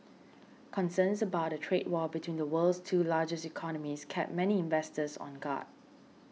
concerns about a trade war between the world's two largest economies kept many investors on guard